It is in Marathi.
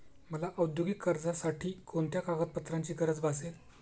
मला औद्योगिक कर्जासाठी कोणत्या कागदपत्रांची गरज भासेल?